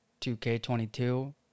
2K22